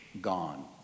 gone